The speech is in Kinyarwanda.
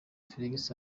felix